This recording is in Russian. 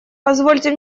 позвольте